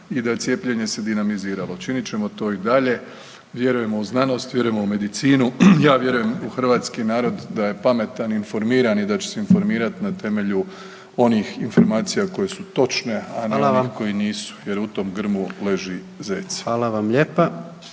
i da se cijepljenje dinamiziralo. Činit ćemo to i dalje. Vjerujemo u znanost, vjerujemo u medicinu, ja vjerujem u hrvatski narod da je pametan, informiran i da će se informirati na temelju onih informacija koje su točne, a ne one koje nisu jer „u tom grmu leži zec“. **Jandroković,